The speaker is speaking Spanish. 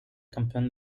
campeón